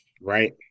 Right